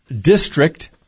district